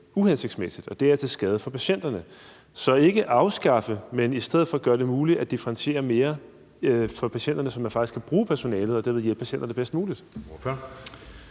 uhensigtsmæssigt, og det er til skade for patienterne. Så vi taler ikke om at afskaffe behandlingsgarantien, men i stedet for om at gøre det muligt at differentiere det mere i forhold til patienterne, så man faktisk kan bruge personalet og dermed hjælpe patienterne bedst muligt.